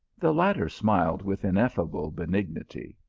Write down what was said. the latter smiled with ineffable benignity.